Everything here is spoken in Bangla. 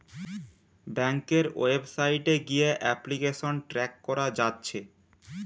ব্যাংকের ওয়েবসাইট গিয়ে এপ্লিকেশন ট্র্যাক কোরা যাচ্ছে